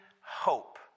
hope